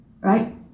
right